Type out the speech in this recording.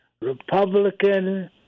Republican